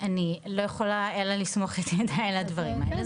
אני לא יכולה אלא לסמוך את ידי על הדברים האלה,